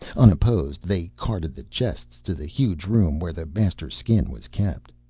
unopposed, they carted the chests to the huge room where the master skin was kept.